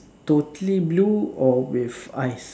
totally blue or with eyes